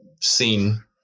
seen